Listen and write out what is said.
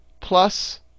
Plus